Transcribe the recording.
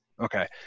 Okay